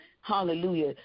Hallelujah